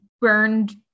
burned